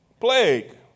plague